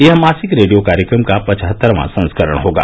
यह मासिक रेडियो कार्यक्रम का पचहत्तरवां संस्करण होगा